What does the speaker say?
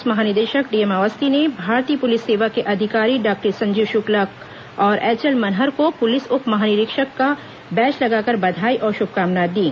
police महानिदेशक DM Awasthi ने भारतीय पुलिस सेवा के अधिकारी डॉक्टर संजीव शुक्ला और एच एल मनहर को पुलिस उप महानिरीक्षक का बैज लगाकर बधाई और शुभकामनाए दीं